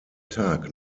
tag